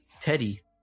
Teddy